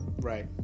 Right